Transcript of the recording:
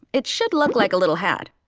it should look like a little hat.